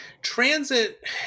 transit